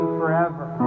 forever